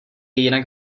jinak